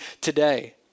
today